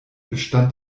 bestand